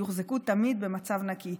יוחזקו תמיד במצב נקי.